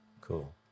Cool